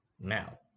Now